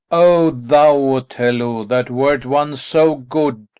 o thou othello, that wert once so good,